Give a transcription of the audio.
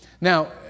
Now